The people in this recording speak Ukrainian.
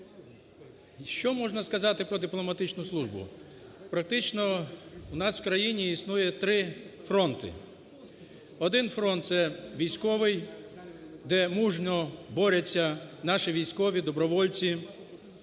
Що можна сказати про дипломатичну службу? Практично в нас в країні існує три фронти. Один фронт – це військовий, де мужньо борються наші військові, добровольці,